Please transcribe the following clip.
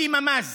מיקי ממ"ז.